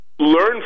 Learn